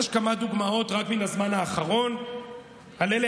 יש כמה דוגמאות רק מן הזמן האחרון על אלה